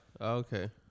okay